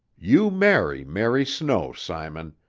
you marry mary snow, simon,